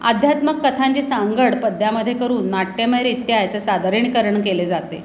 आध्यात्मक कथांची सांगड पद्यामध्ये करून नाट्यमयरित्या याचं सादरीकरण केले जाते